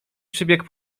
przybiegł